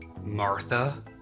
Martha